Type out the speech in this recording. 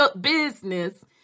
business